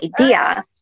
idea